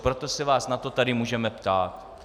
Proto se vás na to tady můžeme ptát.